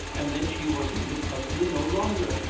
and then she wasn't miss buckner no longer.